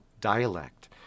dialect